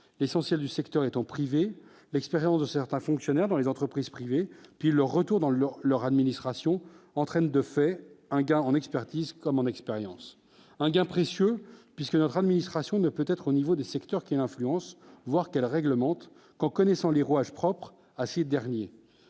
l'essentiel du secteur étant privé, l'expérience de certains fonctionnaires, dans les entreprises privées depuis leur retour dans leur leur administration entraîne de fait un gars en expertise comment expérience un gain précieux puisque leur administration ne peut-être au niveau des secteurs qui influence voir elle réglemente qu'en connaissant les rouages propres à ces derniers,